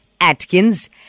Atkins